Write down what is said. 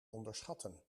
onderschatten